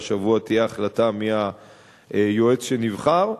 והשבוע תהיה החלטה מי היועץ שנבחר.